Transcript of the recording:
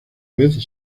vez